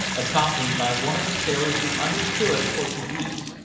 accompanied by one of the sailors who understood portuguese,